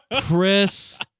Chris